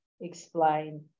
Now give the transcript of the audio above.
explain